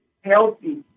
healthy